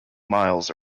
miles